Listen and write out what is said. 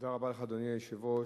אדוני היושב-ראש,